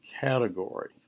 category